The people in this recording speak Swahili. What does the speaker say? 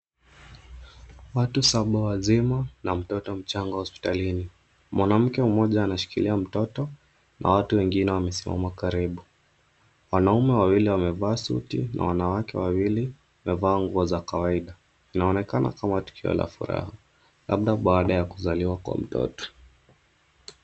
Watu saba wazima na mtoto mchanga hospitalini. Mwanamke mmoja anashikilia mtoto na watu wawili wamesimama karibu. Wanaume wawili wamevaa suti na wanawake wawili wamevaa nguo za kawaida. Inaonekana kama tukio la furaha labda baada ya kuzaliwa kwa mtoto.